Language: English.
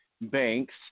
banks